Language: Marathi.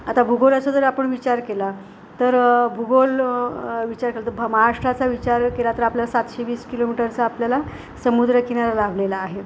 आता भूगोलाचा जर आपण विचार केला तर भूगोल विचार केला तर महाराष्ट्राचा विचार केला तर आपल्याला सातशे वीस किलोमीटरचा आपल्याला समुद्रकिनारा लाभलेला आहे